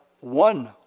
one